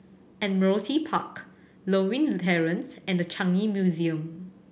Admiralty Park Lewin Terrace and The Changi Museum